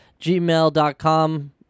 gmail.com